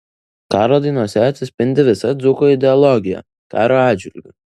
karo dainose atsispindi visa dzūko ideologija karo atžvilgiu